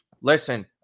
listen